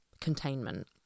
containment